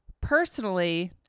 Personally